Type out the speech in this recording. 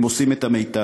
הם עושים את המיטב.